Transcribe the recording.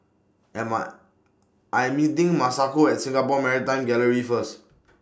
Am I I'm meeting Masako At Singapore Maritime Gallery First